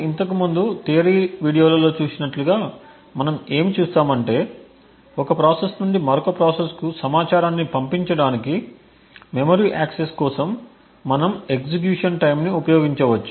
ఇంతకుముందు థియరీ వీడియోలలో చూసినట్లుగా మనం ఏమి చూస్తామంటే ఒక ప్రాసెస్ నుండి మరొక ప్రాసెస్ కు సమాచారాన్ని పంపించడానికి మెమరీ యాక్సెస్కోసం మనం ఎగ్జిక్యూషన్ టైమ్ని ఉపయోగించవచ్చు